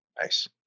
Nice